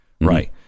Right